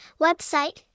Website